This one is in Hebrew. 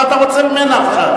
מה אתה רוצה ממנה עכשיו?